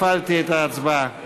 הפעלתי את ההצבעה.